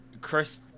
Chris